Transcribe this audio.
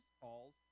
calls